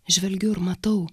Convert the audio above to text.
žvelgiu ir matau